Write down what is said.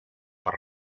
per